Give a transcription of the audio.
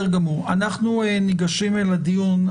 אנחנו ניגשים לדיון.